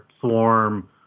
Swarm